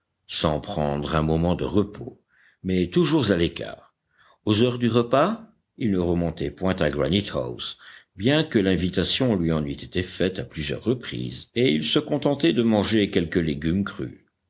sans prendre un moment de repos mais toujours à l'écart aux heures du repas il ne remontait point à granite house bien que l'invitation lui en eût été faite à plusieurs reprises et il se contentait de manger quelques légumes crus